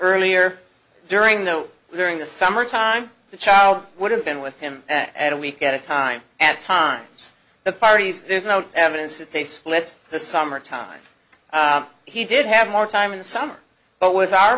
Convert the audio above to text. earlier during the during the summer time the child would have been with him at a week at a time at times the parties there's no evidence that they split the summer time he did have more time in the summer but with our